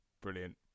Brilliant